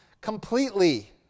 completely